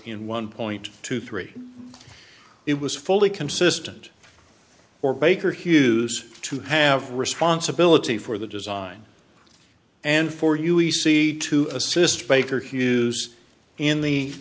in one point two three it was fully consistent or baker hughes to have responsibility for the design and for u e c to assist baker hughes in the